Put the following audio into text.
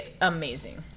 amazing